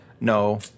No